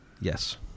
Yes